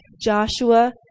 Joshua